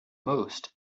most